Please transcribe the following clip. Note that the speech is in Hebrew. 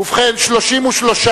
וכהונתם) (תיקון מס' 28)